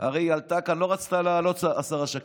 הרי היא לא רצתה לעלות, השרה שקד.